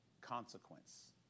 consequence